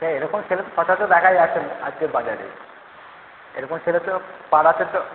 sir এরকম ছেলে তো সচারচর দেখা যাচ্ছে না আজকের বাজারে এরকম ছেলে তো পাড়াতে তো